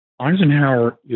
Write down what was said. Eisenhower